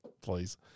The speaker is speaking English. Please